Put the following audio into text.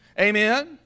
Amen